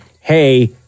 Hey